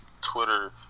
Twitter